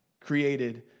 created